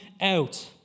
out